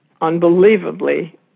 unbelievably